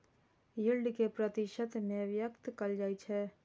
yield कें प्रतिशत मे व्यक्त कैल जाइ छै